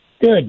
Good